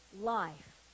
life